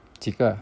几个